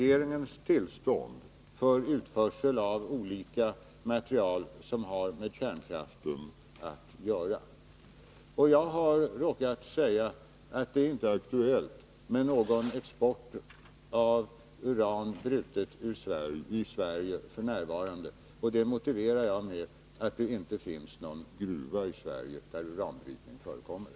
Det fordras tillstånd från regeringen för utförsel av olika material som har att göra med kärnkraften. Jag har råkat säga att det f. n. inte är aktuellt med någon export av uran brutet i Sverige, och det motiverar jag med att det inte finns någon gruva i Sverige där uranbrytning förekommer.